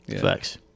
Facts